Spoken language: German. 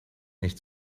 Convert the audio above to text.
nicht